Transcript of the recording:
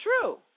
true